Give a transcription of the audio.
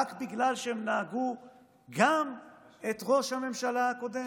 רק בגלל שהם נהגו גם עבור ראש הממשלה הקודם?